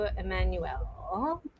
Emmanuel